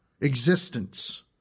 existence